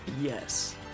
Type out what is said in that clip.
yes